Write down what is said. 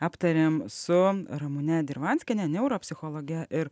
aptarėm su ramune dirvanskiene neuro psichologe ir